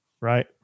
right